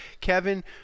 Kevin